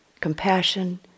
compassion